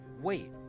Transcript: Wait